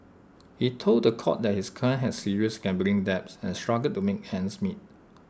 he told The Court that his client had serious gambling debts and struggled to make ends meet